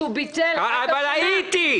אנחנו איתך.